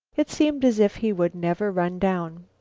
it seemed as if he would never run down.